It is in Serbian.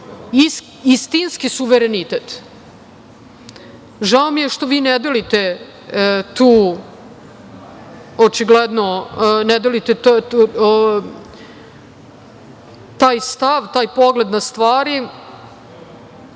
istinski suverenitet. Žao mi je što vi ne delite očigledno taj stav, taj pogled na stvari,